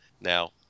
now